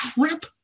crap